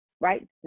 right